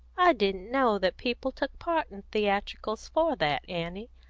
i didn't know that people took part in theatricals for that, annie.